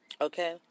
Okay